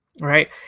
Right